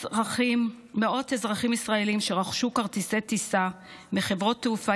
מאות אזרחים ישראלים שרכשו כרטיסי טיסה בחברות תעופה